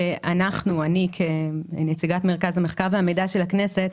שאני כנציגת מרכז המחקר והמידע של הכנסת,